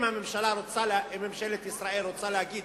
אם ממשלת ישראל רוצה להגיד: